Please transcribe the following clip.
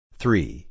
three